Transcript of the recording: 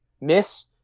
miss